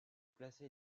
placez